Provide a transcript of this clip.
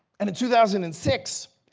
and in two thousand and six,